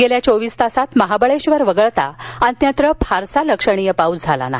गेल्या चोवीस तासात महाबळेश्वर वगळता अन्यत्र फारसा लक्षणीय पाऊस झाला नाही